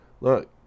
look